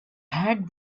had